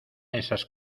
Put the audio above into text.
esas